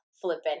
flipping